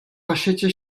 pasiecie